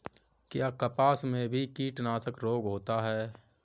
क्या कपास में भी कीटनाशक रोग होता है?